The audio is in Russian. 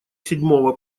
седьмого